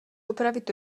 opravit